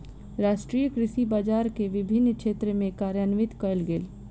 राष्ट्रीय कृषि बजार के विभिन्न क्षेत्र में कार्यान्वित कयल गेल